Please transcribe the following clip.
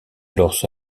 alors